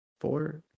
four